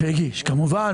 כמובן.